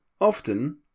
often